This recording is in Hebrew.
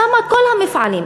שם כל המפעלים.